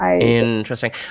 Interesting